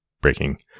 breaking